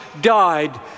died